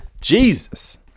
Jesus